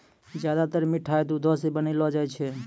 ज्यादातर मिठाय दुधो सॅ बनौलो जाय छै